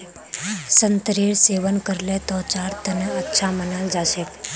संतरेर सेवन करले त्वचार तना अच्छा मानाल जा छेक